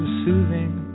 soothing